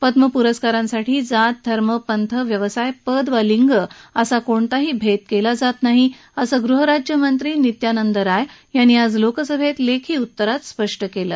पद्म पुरस्कारांसाठी जात धर्म पंथ व्यवसाय पद वा लिंग असा कोणताही भेद केला जात नाही असं गृहराज्यमंत्री नित्यानंद राय यांनी आज लोकसभेत लेखी उत्तरात स्पष्ट केलं